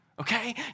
okay